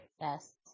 Yes